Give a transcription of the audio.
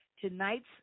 tonight's